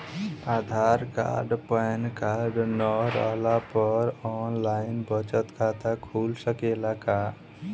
आधार card pan card न रहला पर आन लाइन बचत खाता खुल सकेला का?